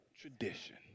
tradition